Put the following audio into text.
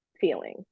feeling